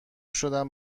شدن